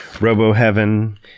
Robo-heaven